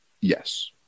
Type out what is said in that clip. Yes